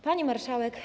Pani Marszałek!